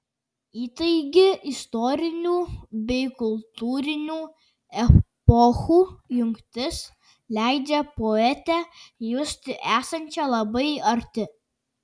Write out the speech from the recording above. įtaigi istorinių bei kultūrinių epochų jungtis leidžia poetę justi esančią labai arti